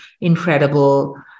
incredible